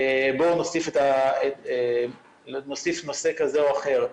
בואו נוסיף נושא כזה או אחר.